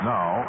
Now